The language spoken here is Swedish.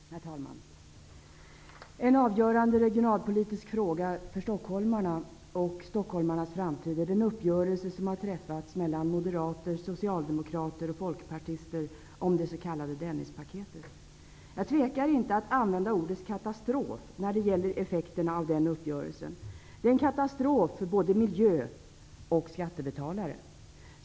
Herr talman! En avgörande regionalpolitisk fråga för stockholmarna och stockholmarnas framtid är den uppgörelse som har träffats mellan moderater, socialdemokrater och folkpartister om det s.k. Dennispaketet. Jag tvekar inte att använda ordet katastrof när det gäller effekterna av uppgörelsen. Den är en katastrof för både miljö och skattebetalare.